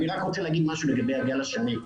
אני רוצה לומר משהו לגבי הגל השני.